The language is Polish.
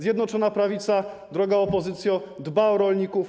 Zjednoczona Prawica, droga opozycjo, dba o rolników.